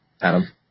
Adam